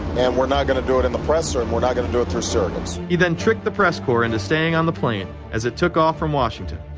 and we're not gonna do it in the press, and we're not gonna do it through surrogates. he then tricked the press corps into staying on the plane as it took off from washington.